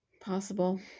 Possible